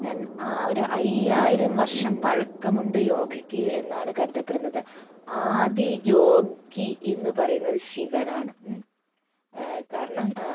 രണ്ട് ആ ഒരു അയ്യായിരം വർഷം പഴക്കമുണ്ട് യോഗയ്ക്ക് എന്നാണ് കരുതപ്പെടുന്നത് ആദി യോഗി എന്ന് പറയുന്നത് ശിവനാണ് കാരണം